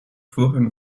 voorrang